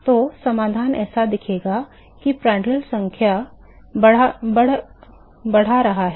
तो समाधान ऐसा दिखेगा यह प्रांटल संख्या बढ़ा रहा है